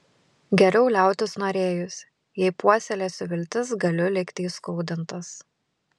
geriau liautis norėjus jei puoselėsiu viltis galiu likti įskaudintas